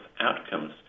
outcomes